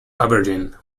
aubergine